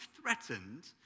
threatened